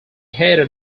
hated